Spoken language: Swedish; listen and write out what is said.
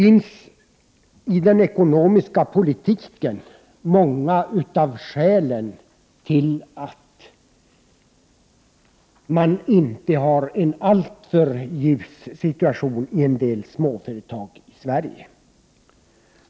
I den ekonomiska politik som förts finns många av skälen till att vi inte har en alltför ljus situation i en del småföretag i Sverige.